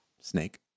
snake